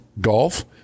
golf